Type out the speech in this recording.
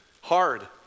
Hard